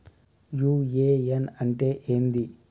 UAN అంటే ఏంది?